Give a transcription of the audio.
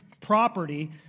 property